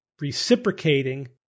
reciprocating